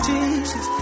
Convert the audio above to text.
Jesus